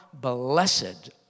blessed